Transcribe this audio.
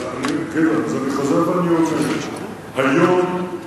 אז אני חוזר ואני אומר: היום,